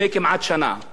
איפה היתה הממשלה?